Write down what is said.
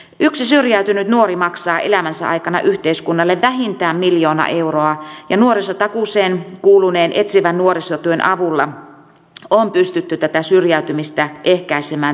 yksi syrjäytynyt nuori maksaa elämänsä aikana yhteiskunnalle vähintään miljoona euroa ja nuorisotakuuseen kuuluneen etsivän nuorisotyön avulla on pystytty tätä syrjäytymistä ehkäisemään tehokkaasti